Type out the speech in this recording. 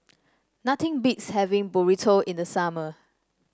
nothing beats having Burrito in the summer